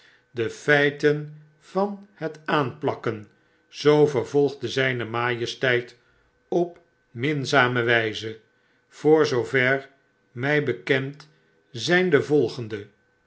de feiten van het aanplakken zoo vervolgde zijn majesteit op tninzame wyze voor zoover mij bekend zyn de volgende